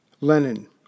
Lenin